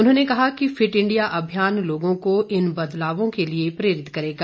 उन्होंने कहा कि फिट इंडिया अभियान लोगों को इन बदलावों के लिए प्रेरित करेगा